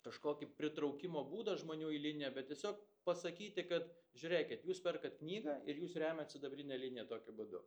kažkokį pritraukimo būdą žmonių eilinę bet tiesiog pasakyti kad žiūrėkit jūs perkat knygą ir jūs remiat sidabrinę liniją tokiu būdu